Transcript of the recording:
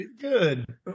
good